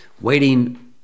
waiting